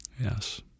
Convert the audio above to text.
Yes